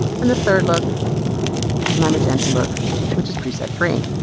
and the third look which is my magenta look which is preset three.